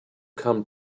come